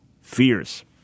fears